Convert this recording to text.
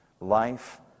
life